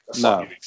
No